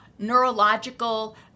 Neurological